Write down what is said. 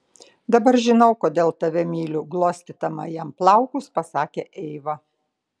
dabar žinau kodėl tave myliu glostydama jam plaukus pasakė eiva